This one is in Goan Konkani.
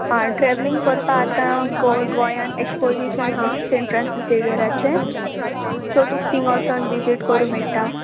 आ ट्रेवलींग कोरपा आतां गो गोंयान एक्सपोजीशन आहा सेंट फ्रांसिस सेवियराचे सो तुक तींग ओसोन विजीट करूं मेळटा